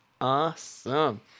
awesome